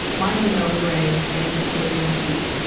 minds and old grey. james had quipped last week,